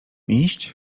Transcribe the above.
iść